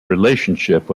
relationship